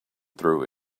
through